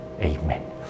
Amen